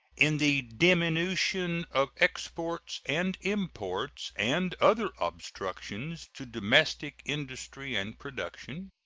in the diminution of exports and imports, and other obstructions to domestic industry and production